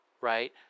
right